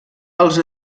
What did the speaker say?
els